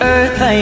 Earth